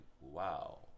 wow